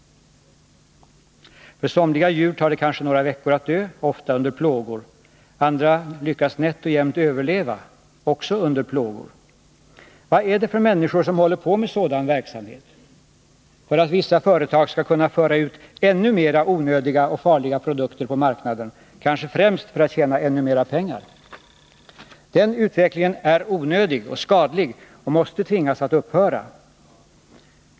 För somliga djur tar det kanske några veckor att dö — ofta under plågor — andra lyckas nätt och jämnt överleva, också under plågor. Vad är det för människor som håller på med sådan verksamhet, för att vissa företag skall kunna föra ut ännu mer av onödiga och farliga produkter på marknaden och kanske främst för att tjäna ännu mer pengar? Den utvecklingen är onödig och skadlig och måste tvingas att upphöra.